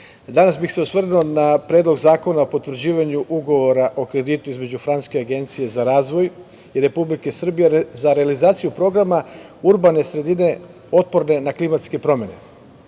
danas bih se osvrnuo na Predlog zakona o potvrđivanju Ugovora o kreditu između Francuske agencije za razvoj i Republike Srbije za realizaciju Programa urbane sredine otporne na klimatske promene. Na